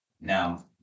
Now